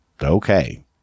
Okay